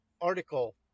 article